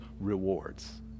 rewards